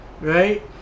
right